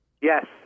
Yes